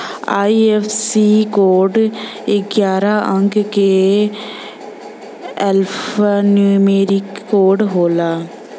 IFSC code ग्यारह अंक क एल्फान्यूमेरिक कोड होला